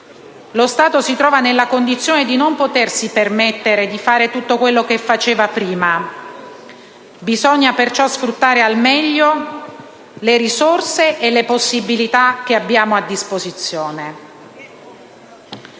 Lo Stato si trova nella condizione di non potersi permettere di fare tutto quello che faceva prima; bisogna perciò sfruttare al meglio le risorse e le possibilità che abbiamo a disposizione.